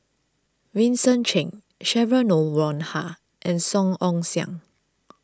Vincent Cheng Cheryl Noronha and Song Ong Siang